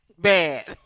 Bad